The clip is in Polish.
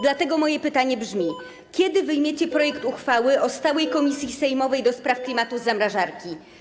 Dlatego moje pytanie brzmi: Kiedy wyjmiecie projekt uchwały dotyczący powołania stałej komisji sejmowej do spraw klimatu z zamrażarki?